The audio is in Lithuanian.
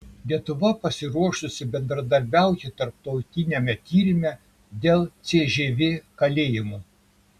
lietuva pasiruošusi bendradarbiauti tarptautiniame tyrime dėl cžv kalėjimų